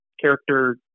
character